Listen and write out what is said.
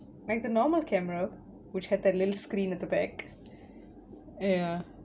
like the normal camera which had that little screen at the back ya